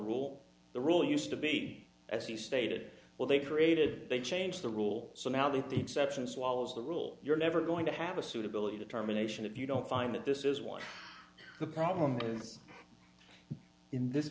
rule the rule used to be as you stated well they created they changed the rule so now that the exception swallows the rule you're never going to have a suitability determination if you don't find that this is what the problem is in this